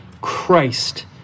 Christ